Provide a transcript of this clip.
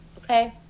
okay